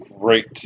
great